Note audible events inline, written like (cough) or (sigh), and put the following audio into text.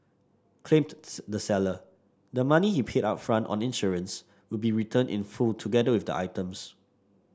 claimed (unintelligible) the seller the money he paid upfront on insurance will be returned in full together with the items